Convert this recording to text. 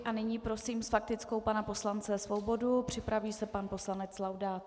A nyní prosím s faktickou pana poslance Svobodu, připraví se pan poslanec Laudát.